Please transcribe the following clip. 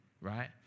right